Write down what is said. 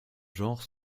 genre